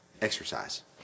exercise